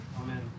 amen